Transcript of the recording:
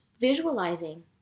visualizing